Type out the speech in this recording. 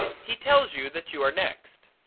he tells you that you are next.